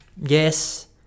Yes